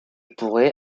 pourrai